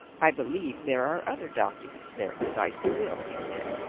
i believe there are other documents there besides the will, he said,